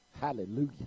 Hallelujah